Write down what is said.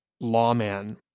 lawman